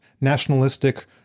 nationalistic